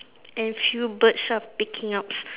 and few birds are picking up